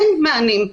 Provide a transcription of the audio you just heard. אין מענים.